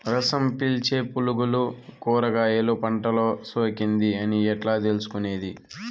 రసం పీల్చే పులుగులు కూరగాయలు పంటలో సోకింది అని ఎట్లా తెలుసుకునేది?